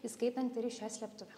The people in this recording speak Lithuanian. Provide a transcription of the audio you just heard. įskaitant ir į šią slėptuvę